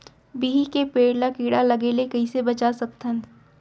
बिही के पेड़ ला कीड़ा लगे ले कइसे बचा सकथन?